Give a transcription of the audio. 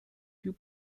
più